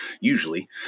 usually